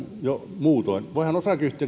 jo muutoin voihan